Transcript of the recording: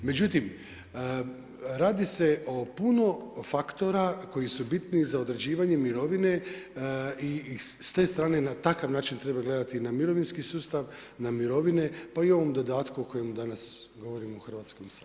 Međutim, radi se o puno faktora koji su bitni za određivanje mirovine i s te strane na takav način treba gledati na mirovinski sustav, na mirovine pa i ovom dodatku o kojem danas govorimo u Hrvatskom saboru.